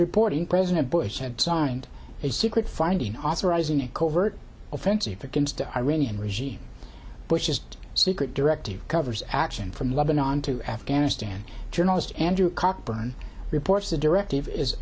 reporting president bush had signed a secret finding authorizing a covert offensive against the iranian regime which is secret directive covers action from lebanon to afghanistan journalist andrew cockburn reports the directive is